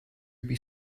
would